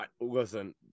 Listen